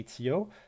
ato